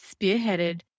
spearheaded